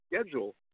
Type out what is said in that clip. schedule